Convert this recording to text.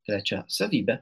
trečia savybė